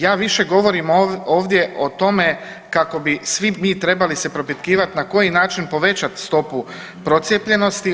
Ja više govorim ovdje o tome kako bi svi mi trebali se propitkivat na koji način povećat stopu procijepljenosti.